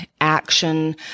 action